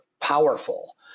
powerful